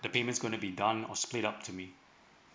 the payment is gonna be done or split up to me